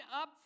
up